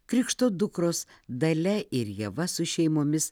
krikšto dukros dalia ir ieva su šeimomis